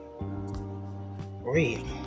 real